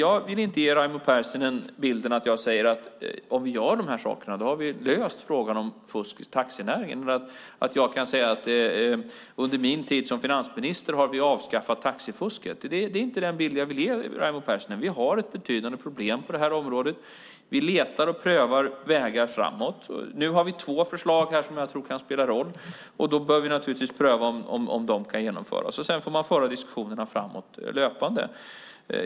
Jag vill inte ge Raimo Pärssinen bilden av att vi, om vi gör dessa saker, har löst frågan om fusk i taxinäringen, att vi under min tid som finansminister har avskaffat taxifusket. Det är inte den bild jag vill ge Raimo Pärssinen. Vi har ett betydande problem på detta område. Vi letar och prövar vägar framåt. Nu har vi två förslag som jag tror kan spela roll, och då bör vi naturligtvis pröva om de kan genomföras. Sedan får man löpande föra diskussionen framåt.